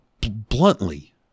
bluntly